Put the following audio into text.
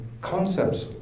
concepts